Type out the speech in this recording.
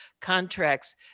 contracts